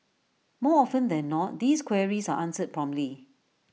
more often than not these queries are answered promptly